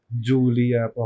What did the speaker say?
Julia